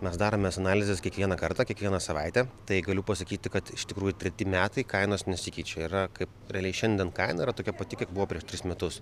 mes daromės analizes kiekvieną kartą kiekvieną savaitę tai galiu pasakyti kad iš tikrųjų treti metai kainos nesikeičia yra kaip realiai šiandien kaina yra tokia pati kiek buvo prieš tris metus